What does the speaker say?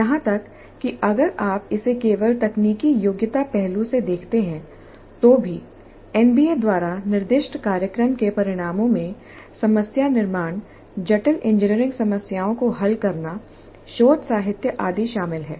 यहां तक कि अगर आप इसे केवल तकनीकी योग्यता पहलू से देखते हैं तो भी एनबीए द्वारा निर्दिष्ट कार्यक्रम के परिणामों में समस्या निर्माण जटिल इंजीनियरिंग समस्याओं को हल करना शोध साहित्य आदि शामिल हैं